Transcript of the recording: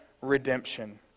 redemption